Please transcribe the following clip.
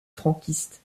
franquiste